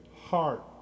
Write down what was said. heart